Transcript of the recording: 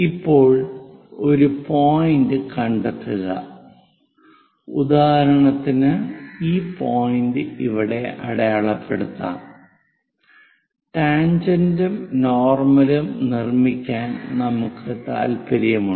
ഇപ്പോൾ ഒരു പോയിന്റ് കണ്ടെത്തുക ഉദാഹരണത്തിന് ഈ പോയിന്റ് ഇവിടെ അടയാളപ്പെടുത്താം ടാൻജെന്റും നോർമലും നിർമ്മിക്കാൻ നമുക്ക് താൽപ്പര്യമുണ്ട്